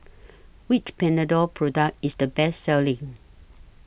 Which Panadol Product IS The Best Selling